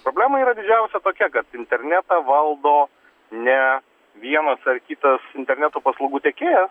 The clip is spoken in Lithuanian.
problema yra didžiausia tokia kad internetą valdo ne vienas ar kitas interneto paslaugų tiekėja